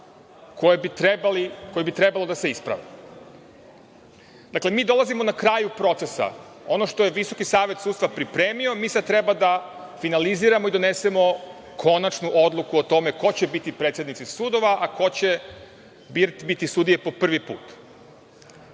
koji bi trebalo da se isprave. Dakle, mi dolazimo na kraju procesa. Ono što je Visoki savet sudstva pripremio mi sada treba da finaliziramo i donesemo konačnu odluku o tome ko će biti predsednici sudova, a ko će biti sudije po prvi put.